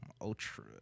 Ultra